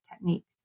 techniques